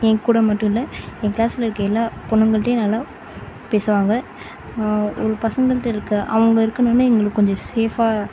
என்கூட மட்டும் இல்லை என் கிளாஸ்சில் இருக்கிற எல்லா பொண்ணுங்கள்கிட்டையும் நல்லா பேசுவாங்க ஒரு பசங்கள்கிட்ட இருக்க அவங்க இருக்கணும்ன்னு எங்களுக்கு கொஞ்சம் சேஃபாக